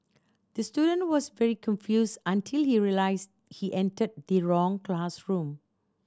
the student was very confused until he realised he entered the wrong classroom